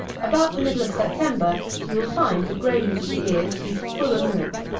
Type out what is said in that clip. about the middle of september you will find the grains of the ears to be full of milk,